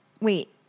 wait